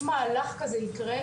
אם מהלך כזה ייקרה,